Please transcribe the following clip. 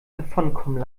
davonkommen